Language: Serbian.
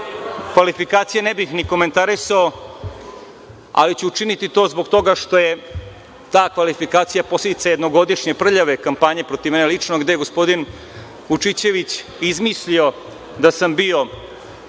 kvalifikacije ne bih ni komentarisao, ali ću učiniti to zbog toga što je ta kvalifikacija posledica jednogodišnje prljave kampanje protiv mene lično, gde je gospodin Vučićević izmislio da sam bio